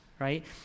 right